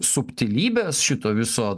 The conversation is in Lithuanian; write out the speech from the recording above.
subtilybės šito viso